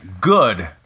Good